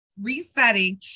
resetting